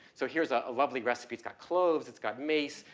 so here's a, a lovely recipe, it's got cloves, it's got mace,